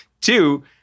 Two